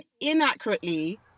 inaccurately